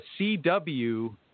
CW